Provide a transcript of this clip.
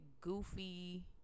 goofy